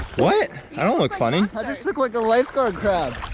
what? i don't look funny. i just look like a life guard crab.